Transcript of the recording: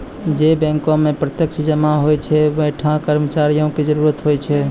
जै बैंको मे प्रत्यक्ष जमा होय छै वैंठा कर्मचारियो के जरुरत होय छै